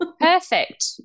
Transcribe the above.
Perfect